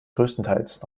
größtenteils